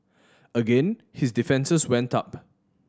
again his defences went up